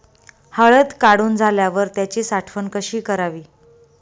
हळद काढून झाल्यावर त्याची साठवण कशी करावी?